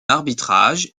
arbitrage